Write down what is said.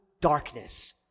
darkness